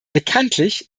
bekanntlich